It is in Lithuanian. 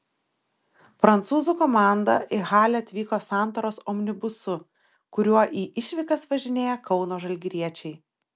prancūzų komanda į halę atvyko santaros omnibusu kuriuo į išvykas važinėja kauno žalgiriečiai